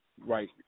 Right